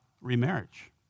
Remarriage